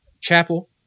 chapel